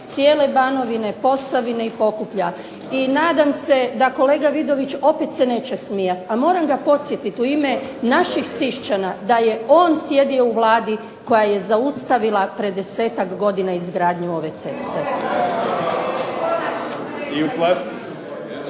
cijele Banovine, Posavine i Pokuplja. I nadam se da kolega Vidović opet se neće smijati, a moram ga podsjetiti u ime naših Siščana da je on sjedio u Vladi koja je zaustavila pred 10-ak godina izgradnju ove ceste.